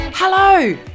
Hello